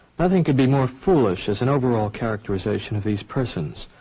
nothing could be more foolish as an overall characterization of these persons.